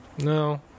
No